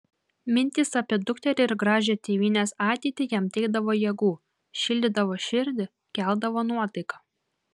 mintys apie dukterį ir gražią tėvynės ateitį jam teikdavo jėgų šildydavo širdį keldavo nuotaiką